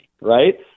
right